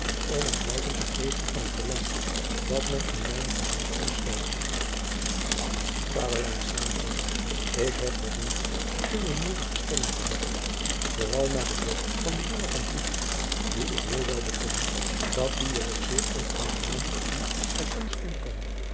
om mij blijken te geven van het belang dat men in mijne te huis komst stelt ader k heb wat niet uwe moeder te stellen gehad vooral na den dood van den jongen u ik wil wel bekennen dat die er ook zeer onaangenaam voor u en ons inkwam